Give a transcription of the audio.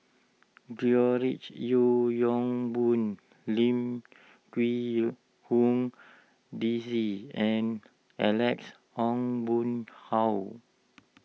George Yeo Yong Boon Lim Quee Hong Daisy and Alex Ong Boon Hau